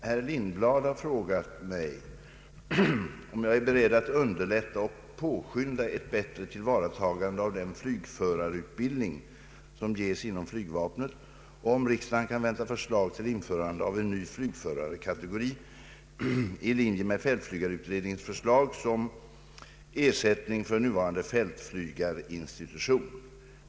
Herr talman! Herr Lindblad har frågat mig om jag är beredd att underlätta och påskynda ett bättre tillvaratagande av den flygförarutbildning som ges inom flygvapnet och om riksdagen kan vänta förslag till införande av en ny flygförarkategori i linje med fältflygarutredningens förslag som ersättning för nuvarande fältflygarinstitu tion.